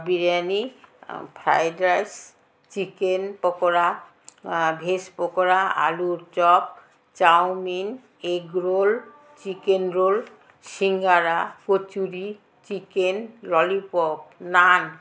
biryani fried rice chicken pakora veg pakora আলুর chop chowmein egg roll chicken roll singara kachori chicken lollipop নান